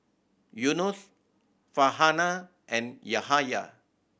Yunos Farhanah and Yahya